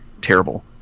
terrible